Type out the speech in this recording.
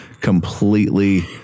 completely